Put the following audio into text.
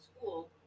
school